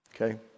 Okay